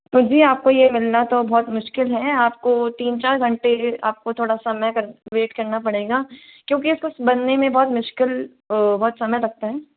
तो जी आपको ये मिलना तो बहुत मुश्किल है आपको तीन चार घंटे आपको थोड़ा समय का वेट करना पड़ेगा क्योंकि इसको बनने में बहुत मुश्किल बहुत समय लगता है